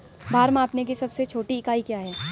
भार मापने की सबसे छोटी इकाई क्या है?